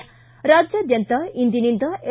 ಿ ರಾಜ್ಯಾದ್ಯಂತ ಇಂದಿನಿಂದ ಎಸ್